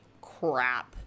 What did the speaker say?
crap